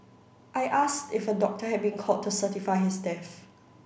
I asked if a doctor had been called to certify his death